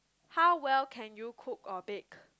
how well can you cook or bake